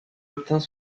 obtint